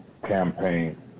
campaign